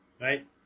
right